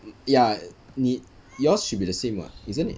ya 你 yours should be the same [what] isn't it